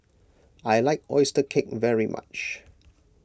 I like Oyster Cake very much